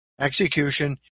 execution